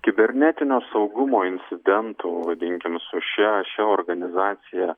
kibernetinio saugumo incidentų vadinkim su šia šia organizacija